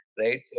Right